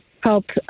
help